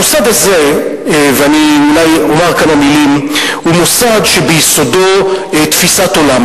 המוסד הזה הוא מוסד שביסודו תפיסת עולם,